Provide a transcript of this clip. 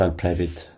private